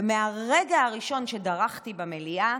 ומהרגע הראשון שדרכתי במליאה